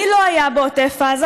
מי לא היה בעוטף עזה,